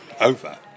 over